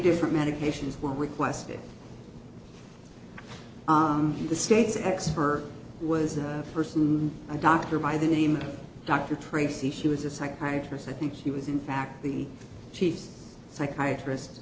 different medications were requested in the state's expert was a person a doctor by the name of dr tracy she was a psychiatry i think she was in fact the chief psychiatrist